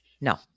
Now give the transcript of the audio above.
No